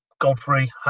Godfrey